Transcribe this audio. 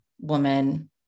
woman